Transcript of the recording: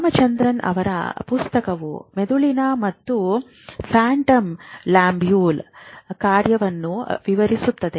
ರಾಮಚಂದ್ರನ್ ಅವರ ಪುಸ್ತಕವು ಮೆದುಳಿನ ಮತ್ತು ಫ್ಯಾಂಟಮ್ ಲ್ಯಾಂಬೆಯ ಕಾರ್ಯವನ್ನು ವಿವರಿಸುತ್ತದೆ